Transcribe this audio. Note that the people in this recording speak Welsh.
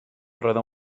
roedd